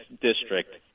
district